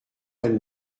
elle